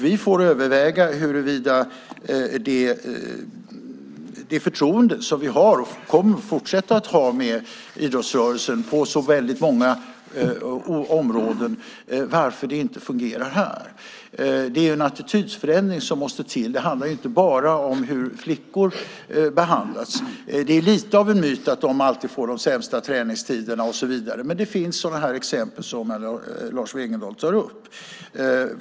Vi får överväga - vi har förtroende och kommer att fortsätta att ha förtroende för idrottsrörelsen på så många områden - varför det här inte fungerar. Det är en attitydförändring som måste till. Det handlar inte bara om hur flickor behandlas. Det är lite av en myt att de alltid får de sämsta träningstiderna och så vidare, men det finns sådana exempel som Lars Wegendal tar upp.